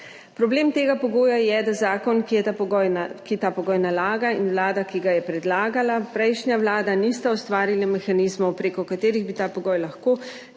Problem tega pogoja je, da zakon, ki ta pogoj nalaga, in Vlada, ki ga je predlagala, prejšnja vlada, nista ustvarili mehanizmov, preko katerih bi ta pogoj lahko